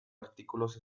artículos